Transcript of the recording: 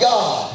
God